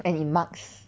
and it marks